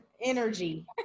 energy